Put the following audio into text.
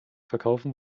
verkaufen